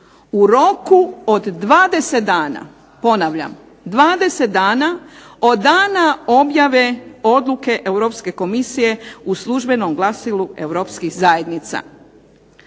u roku od 20 dana. Ponavljam, 20 dana od dana objave odluke Europske komisije u službenom glasilu Europskih zajednica.